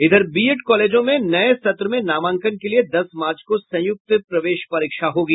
इधर बीएड कॉलेजों में नये सत्र में नामांकन के लिए दस मार्च को संयुक्त प्रवेश परीक्षा होगा